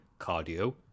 cardio